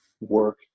work